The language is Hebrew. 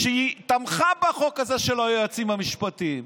כשהיא תמכה בחוק הזה של היועצים המשפטיים,